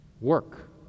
Work